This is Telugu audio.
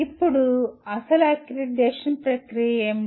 ఇప్పుడు అసలు అక్రిడిటేషన్ ప్రక్రియ ఏమిటి